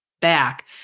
back